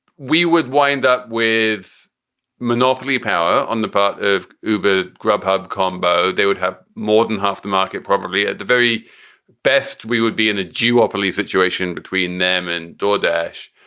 we would wind up with monopoly power on the part of uber grubhub combo. they would have more than half the market, probably at the very best. we would be in a duopolies situation between them and dorje dash.